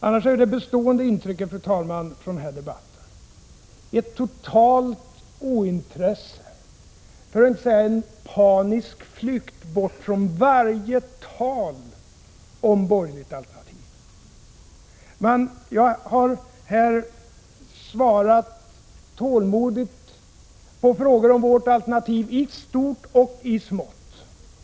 Annars är det bestående intrycket från den här debatten, fru talman, ett totalt ointresse, för att inte säga en panisk flykt bort från varje tal om borgerligt alternativ. Jag har här tålmodigt svarat på frågor om vårt alternativ istort och i smått.